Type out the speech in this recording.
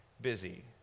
busy